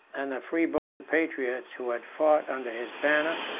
and the free-born patriots who had fought under his banner,